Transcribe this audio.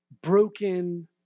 broken